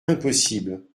impossible